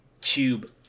cube